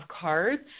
cards